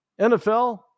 NFL